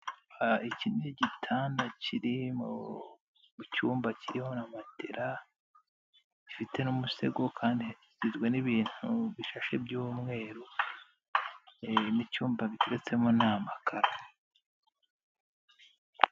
iki ni igitanda kiri mu cyumba kiriho na matera, gifite n'umusego kandigizwe n'ibintu bifashe by'umweru. mu cyumba giteretsemo nta makara.